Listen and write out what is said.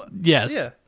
yes